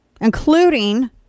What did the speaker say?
Including